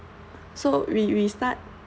so we we start